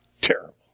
terrible